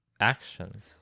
actions